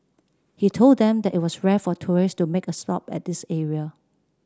he told them that it was rare for tourist to make a stop at this area